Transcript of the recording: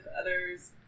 others